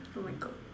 oh my God